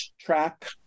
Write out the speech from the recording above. track